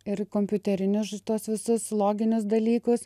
ir kompiuterinius tuos visus loginius dalykus